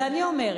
זה אני אומרת.